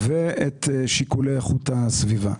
ואת שיקולי איכות הסביבה.